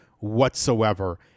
whatsoever